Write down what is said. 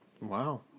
wow